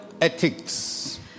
ethics